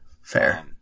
Fair